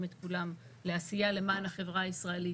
את כולם לעשייה למען החברה הישראלית.